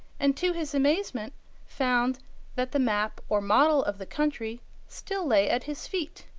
and to his amazement found that the map or model of the country still lay at his feet.